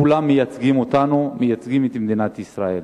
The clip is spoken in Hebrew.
כולם מייצגים אותנו, מייצגים את מדינת ישראל.